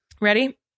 ready